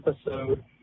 episode